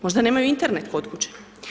Možda nemaju Internet kod kuće.